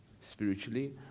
spiritually